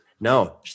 no